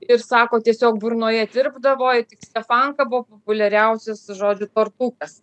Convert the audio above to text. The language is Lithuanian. ir sako tiesiog burnoje tirpdavo ir tik stefanka buvo populiariausias žodžiu tortukas